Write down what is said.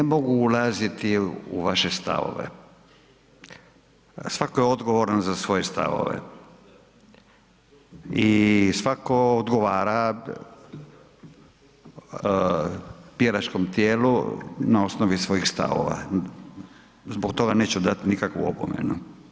Ne mogu ulaziti u vaše stavove, svako je odgovoran za svoje stavove i svako odgovara biračkom tijelu na osnovi svojih stavova zbog toga neću dati nikakvu opomenu.